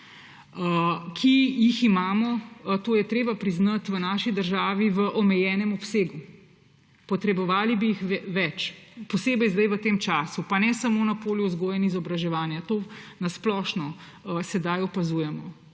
ki jih imamo, to je treba priznati, v naši državi v omejenem obsegu. Potrebovali bi jih več, posebej v tem času, pa ne samo na polju vzgoje in izobraževanja, to na splošno sedaj opazujemo.